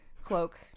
cloak